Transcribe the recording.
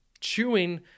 chewing